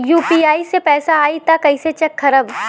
UPI से पैसा आई त कइसे चेक खरब?